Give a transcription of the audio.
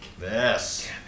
Yes